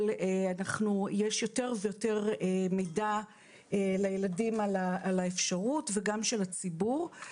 - יש יותר ויותר מידע לילדים על האפשרות וגם של הציבור.